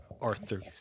Arthur